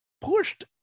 pushed